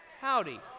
Howdy